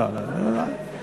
אדוני, לא, לא, לא,